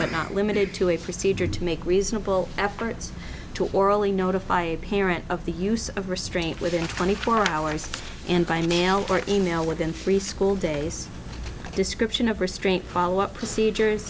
but not limited to a procedure to make reasonable efforts to orally notify a parent of the use of restraint within twenty four hours and by mail or email within three school days description of restraint follow up procedures